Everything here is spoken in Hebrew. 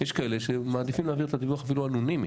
יש כאלה שמעדיפים להעביר את הדיווח אפילו אנונימי.